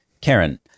Karen